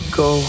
go